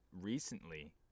recently